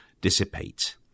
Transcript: dissipate